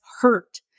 hurt